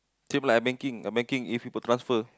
same like banking uh banking if you put transfer